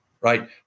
right